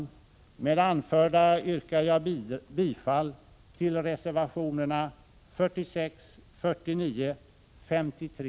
Med det anförda yrkar jag bifall till reservationerna 46, 49, 53